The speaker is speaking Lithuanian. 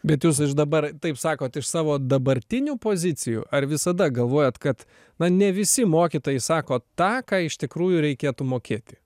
bet jūs dabar taip sakot iš savo dabartinių pozicijų ar visada galvojat kad na ne visi mokytojai sako tą ką iš tikrųjų reikėtų mokėti